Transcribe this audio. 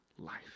life